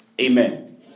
Amen